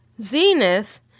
Zenith